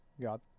got